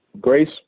Grace